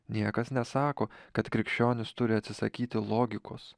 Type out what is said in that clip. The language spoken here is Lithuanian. niekas nesako kad krikščionis turi atsisakyti logikos